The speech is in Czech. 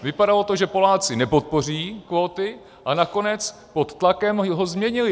Vypadalo to, že Poláci nepodpoří kvóty, a nakonec to pod tlakem změnili.